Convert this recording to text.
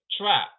Trap